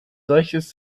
solches